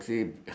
uh